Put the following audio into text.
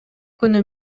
күнү